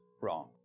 wrong